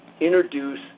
introduce